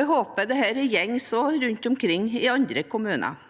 Jeg håper dette er gjengs rundt omkring i andre kommuner.